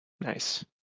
Nice